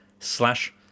slash